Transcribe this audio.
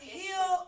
heal